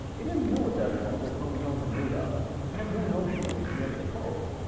they didn't know at that point what chromosomes were made out of. they had no notion of the genetic code,